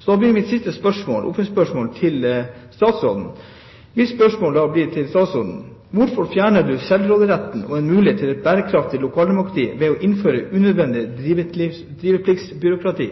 Da blir mitt siste oppfølgingsspørsmål til statsråden: Hvorfor fjerner han selvråderetten og muligheten for et bærekraftig lokaldemokrati ved å innføre et unødvendig drivepliktbyråkrati?